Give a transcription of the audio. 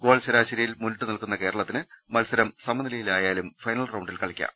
goal ശരാശരിയിൽ മുന്നിട്ട് നിൽക്കുന്ന കേരളത്തിന് മത്സരം സമനിലയിലായാലും ഫൈനൽ റൌണ്ടിൽ കളിക്കാം